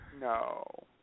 No